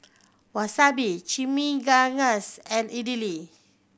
Wasabi Chimichangas and Idili